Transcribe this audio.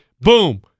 boom